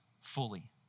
fully